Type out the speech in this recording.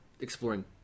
exploring